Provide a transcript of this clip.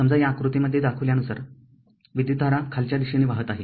समजा या आकृतीमध्ये दाखविल्यानुसार विद्युतधारा खालच्या दिशेने वाहत आहे